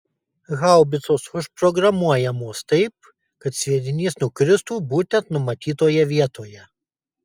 haubicos užprogramuojamos taip kad sviedinys nukristų būtent numatytoje vietoje